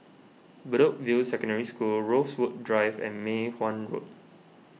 Bedok View Secondary School Rosewood Drive and Mei Hwan Road